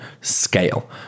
scale